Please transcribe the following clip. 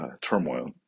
turmoil